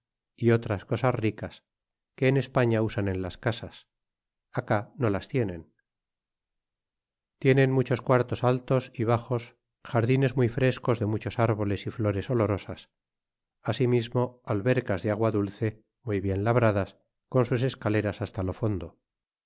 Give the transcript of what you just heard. y otras cosas ricas que en españa usan en las casas aa c no las tienen tiene en muchos quartos altos y haxos jardines muy frescos de muchos árboles y llores olorosas asimismo albercas de agua dulce muy bien labradas con sus escaleras hasta lo fondo